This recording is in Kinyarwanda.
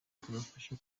tubafasha